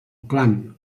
clan